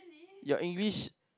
your English